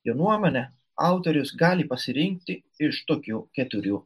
jo nuomonę autorius gali pasirinkti iš tokių keturių